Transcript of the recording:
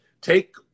Take